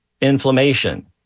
inflammation